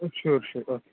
sure sure okay